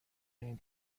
این